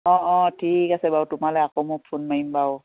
অঁ অঁ ঠিক আছে বাৰু তোমালৈ আকৌ মোক ফোন মাৰিম বাৰু